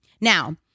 Now